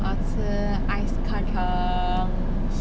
我要吃 ice kacang